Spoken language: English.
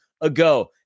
ago